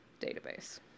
database